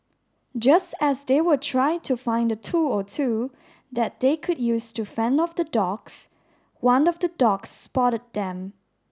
just as they were trying to find a tool or two that they could use to fend off the dogs one of the dogs spotted them